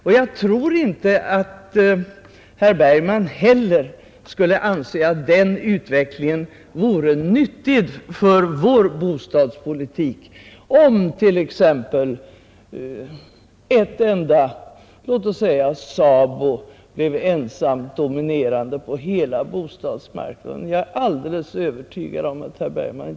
Jag är alldeles övertygad om att herr Bergman inte skulle finna det riktigt, inte skulle anse att det vore nyttigt för vår bostadspolitik, om en enda organisation — låt oss säga SABO — blev ensamt dominerande på hela bostadsmarknaden.